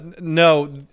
no